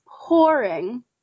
pouring